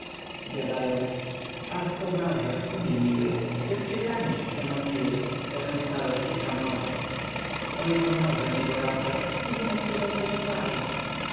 biadając ach komarze kumie miły gdzież cię zanieść do mogiły twoją starość uszanować oj komarze nieboracze któż nad tobą nie zapłacze